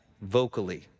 vocally